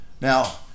Now